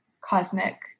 cosmic